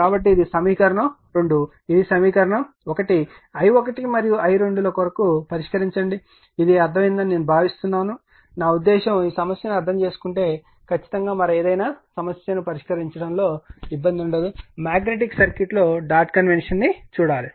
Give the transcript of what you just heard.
కాబట్టి ఇది సమీకరణం 2 ఇది సమీకరణం 1 i1 మరియు i2 ల కొరకు పరిష్కరించండి ఇది అర్థం అయింది అని నేను భావిస్తున్నానునా ఉద్దేశ్యం ఈ సమస్యను అర్థం చేసుకుంటే ఖచ్చితంగా మరేదైనా సమస్యను పరిష్కరించడంలో సమస్య లేదు మాగ్నెటిక్ సర్క్యూట్లో డాట్ కన్వెన్షన్ చూడాలి